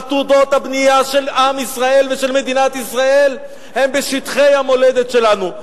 עתודות הבנייה של עם ישראל ושל מדינת ישראל הן בשטחי המולדת שלנו.